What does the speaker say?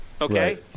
Okay